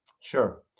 Sure